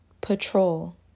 Patrol